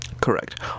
Correct